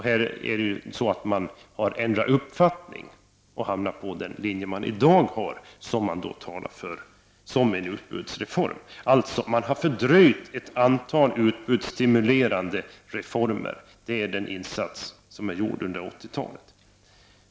Här har man ändrat uppfattning och hamnat på den linje som man i dag har och talar för, nämligen en utbudsreform. Man har fördröjt ett antal utbudsstimulerande reformer, det är den insats som gjorts under 80-talet.